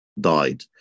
died